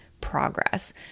progress